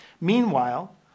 Meanwhile